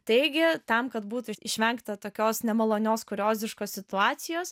taigi tam kad būtų išvengta tokios nemalonios kurioziškos situacijos